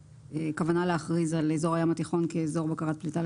יש כוונה להכריז על אזור הים התיכון כעל אזור בקרת פליטה.